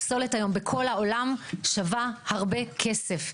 פסולת היום בכל העולם שווה הרבה כסף.